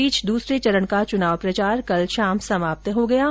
इस बीच दूसरे चरण का चुनाव प्रचार कल शाम समाप्त हो गया